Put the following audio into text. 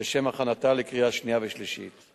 לשם הכנתה לקריאה שנייה וקריאה שלישית.